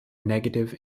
negative